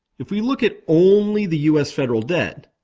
if we look at only the us federal debt,